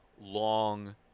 long